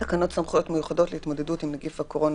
תקנות סמכויות מיוחדות להתמודדות עם נגיף הקורונה